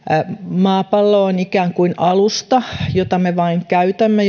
maapallo on ikään kuin alusta jota me vain käytämme